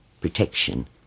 protection